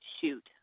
shoot